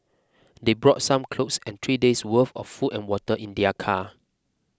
they brought some clothes and three days' worth of food and water in their car